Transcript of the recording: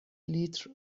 لیتر